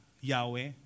Yahweh